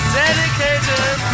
dedicated